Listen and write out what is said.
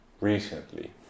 recently